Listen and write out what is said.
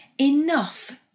enough